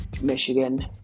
Michigan